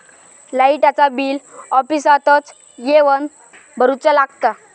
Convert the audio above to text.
लाईटाचा बिल ऑफिसातच येवन भरुचा लागता?